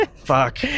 fuck